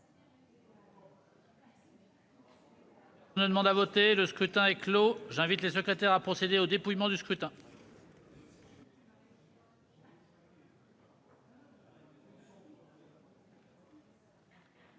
Le scrutin est clos. J'invite Mmes et MM. les secrétaires à procéder au dépouillement du scrutin.